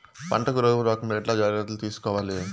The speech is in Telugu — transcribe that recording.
పంటకు రోగం రాకుండా ఎట్లా జాగ్రత్తలు తీసుకోవాలి?